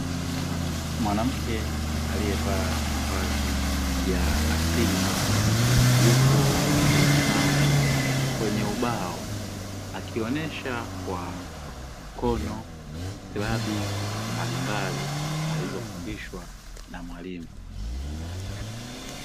Mwanamke aliyevaa mavazi ya asili yupo ametabasamu kwenye ubao, akionyesha kwa mkono silabi mbalimbali alizofundishwa na mwalimu.